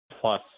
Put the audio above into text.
plus